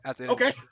okay